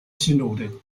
synode